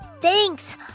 Thanks